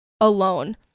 alone